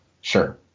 sure